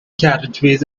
carriageways